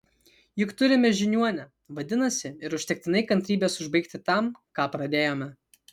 juk turime žiniuonę vadinasi ir užtektinai kantrybės užbaigti tam ką pradėjome